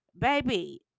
Baby